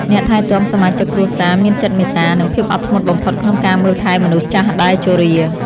អ្នកថែទាំសមាជិកគ្រួសារមានចិត្តមេត្តា និងភាពអត់ធ្មត់បំផុតក្នុងការមើលថែមនុស្សចាស់ដែលជរា។